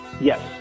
Yes